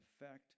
effect